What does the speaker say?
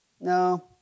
No